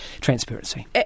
transparency